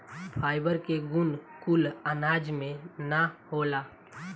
fibre के गुण कुल अनाज में ना होला